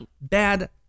bad